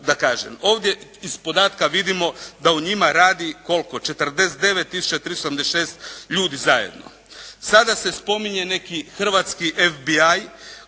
Ovdje iz podatka vidimo da u njima radi koliko 49376 ljudi zajedno. Sada se spominje neki hrvatski FBI